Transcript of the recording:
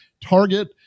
target